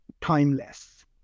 timeless